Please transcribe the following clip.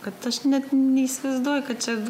kad aš net neįsivaizduoju kad čia